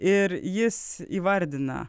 ir jis įvardina